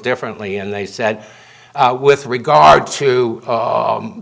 differently and they said with regard to